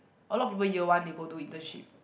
a lot of people year one they go to internship